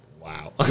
wow